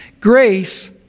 Grace